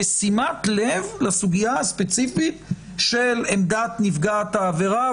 בשימת לב לסוגיה הספציפית של עמדת נפגעת העבירה,